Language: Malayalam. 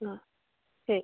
ആ ശരി